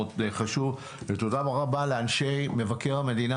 תודה רבה לאנשי מבקר המדינה.